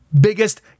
biggest